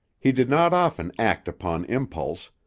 he did not often act upon impulse,